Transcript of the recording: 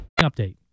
Update